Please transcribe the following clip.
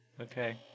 Okay